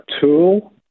tool